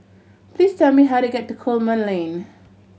please tell me how to get to Coleman Lane